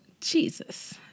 Jesus